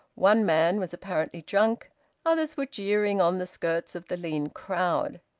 one man was apparently drunk others were jeering on the skirts of the lean crowd.